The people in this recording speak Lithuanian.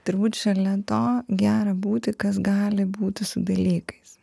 turbūt šalia to gera būti kas gali būti su dalykais